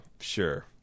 Sure